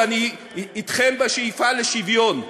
ואני אתכם בשאיפה לשוויון,